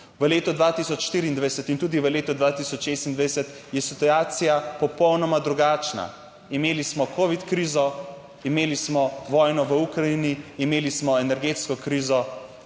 V letu 2024 in tudi v letu 2026 je situacija popolnoma drugačna. Imeli smo covid krizo, imeli smo vojno v Ukrajini, imeli smo energetsko krizo,